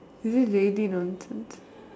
really nonsense